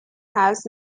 has